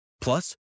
Plus